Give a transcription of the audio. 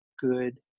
good